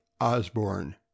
Osborne